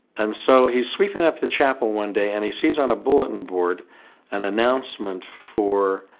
and so he's sweeping up the chapel one day and he sees on a bulletin board an announcement for